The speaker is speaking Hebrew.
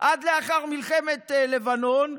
עד לאחר מלחמת לבנון.